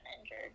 injured